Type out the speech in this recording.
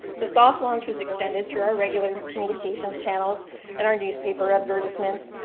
the soft launch was extended through our regular communications channels and our newspaper advertisements,